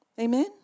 Amen